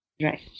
Right